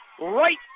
right